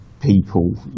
people